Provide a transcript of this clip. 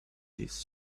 this